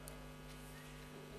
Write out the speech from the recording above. אל תשכח שיש מונדיאל.